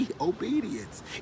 obedience